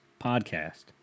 podcast